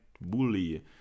Bully